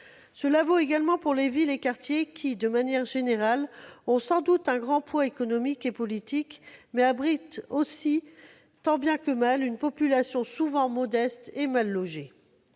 vaut également pour les villes et quartiers qui, de manière générale, ont sans doute un grand poids économique et politique, mais abritent aussi tant bien que mal une population souvent modeste et mal logée.